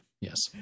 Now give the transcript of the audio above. Yes